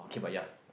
okay but ya